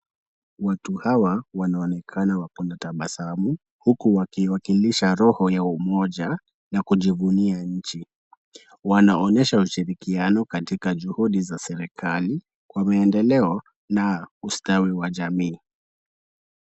Watu hawa wanaonekana wako na tabasamu huku wakiwakilisha roho ya umoja na kujivunia nchi. Wanaonyesha ushirikiano katika juhudi za serikali, wameendelea na ustawi wa jamii.